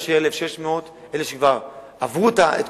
אני רוצה לאפשר 1,600,